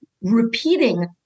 Repeating